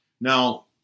Now